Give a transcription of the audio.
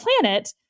planet